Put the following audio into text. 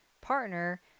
partner